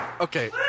Okay